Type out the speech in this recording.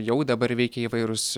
jau dabar veikia įvairūs